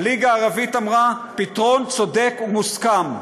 הליגה הערבית אמרה: פתרון צודק ומוסכם,